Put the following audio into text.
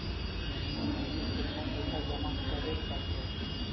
महिने महिने केतना पैसा जमा करे पड़तै?